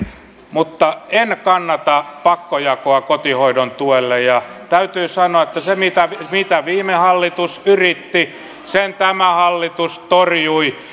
mutta en kannata pakkojakoa kotihoidon tuelle ja täytyy sanoa että sen mitä viime hallitus yritti tämä hallitus torjui